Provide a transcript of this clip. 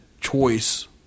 choice